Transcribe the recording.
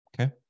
Okay